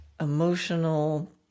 emotional